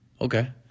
Okay